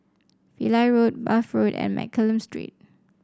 Pillai Road Bath Road and Mccallum Street